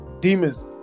demons